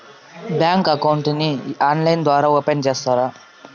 Bank account ని online ద్వారా open సేస్తారా?